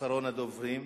אחרונת הדוברים,